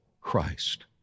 Christ